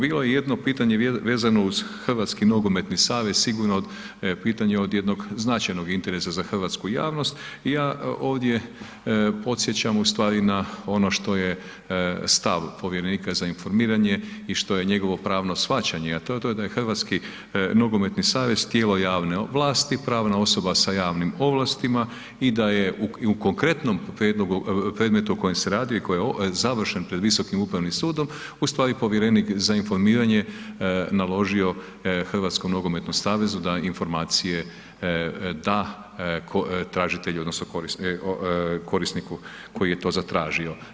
Bilo je jedno pitanje vezano uz Hrvatski nogometni savez sigurno pitanje od jednog značajnog interesa za hrvatsku javnost i ja ovdje podsjećam na ono što stav povjerenika za informiranje i što je njegovo pravno shvaćanje, a to je to da je Hrvatski nogometni savez tijelo javne vlasti, pravna osoba sa javnim ovlastima i da je u konkretnom prijedlogu, predmetu o kojem se radi i koji je završen pred Visokim upravnim sudom u stvari povjerenik za informiranje naložio Hrvatskom nogometnom savezu da informacije da tražitelju odnosno korisniku koji je to zatražio.